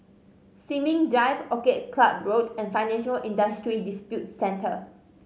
Sin Ming Drive Orchid Club Road and Financial Industry Disputes Center